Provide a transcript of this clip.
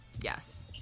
yes